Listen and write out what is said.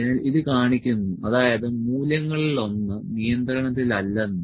അതിനാൽ ഇത് കാണിക്കുന്നു അതായത് മൂല്യങ്ങളിൽ ഒന്ന് നിയന്ത്രണത്തിലല്ലെന്ന്